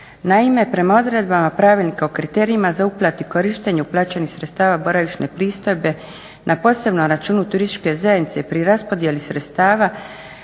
Naime, prema odredbama Pravilnika o kriterijima za uplatu i korištenje uplaćenih sredstava boravišne pristojbe na posebnom računu turističke zajednice pri raspodjeli sredstava